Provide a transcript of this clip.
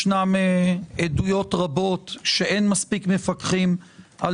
יש עדויות רבות שאין מספיק מפקחים על